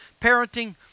parenting